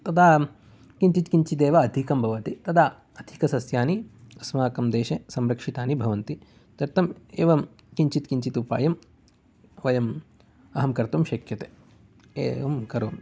तदा किञ्चित् किञ्चित् एव अधिकं भवति तदा अधिकसस्यानि अस्माकं देशे संरक्षितानि भवन्ति तदर्थम् एवं किञ्चित् किञ्चित् उपायं वयम् अहं कर्तुं शक्यते एवं करोमि